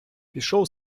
пішов